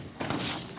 pääos